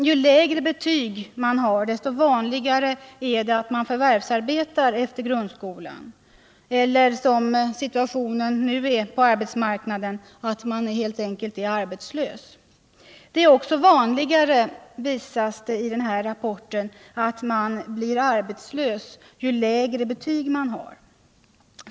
Ju lägre betyg man har desto vanligare är det att man förvärvsarbetar efter grundskolan eller att man — som situationen nu är på arbetsmarknaden — är arbetslös. Det visas också i den här rapporten att ju lägre betyg man har desto vanligare är det att man blir arbetslös.